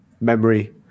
memory